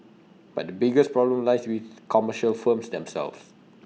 but the biggest problem lies with commercial firms themselves